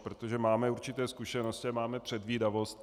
Protože máme určité zkušenosti a máme předvídavost.